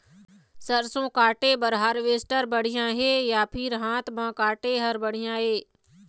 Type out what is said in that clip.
सरसों काटे बर हारवेस्टर बढ़िया हे या फिर हाथ म काटे हर बढ़िया ये?